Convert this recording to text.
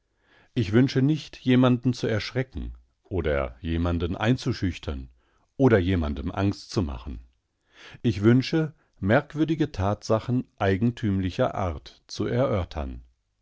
ich wünsche nicht jemanden zu erschrecken oder jemanden einzuschüchtern oder jemandem angst zu machen ich wünsche merkwürdige tatsachen eigentümlicher art zu erörtern